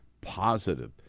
positive